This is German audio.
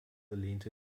lehnte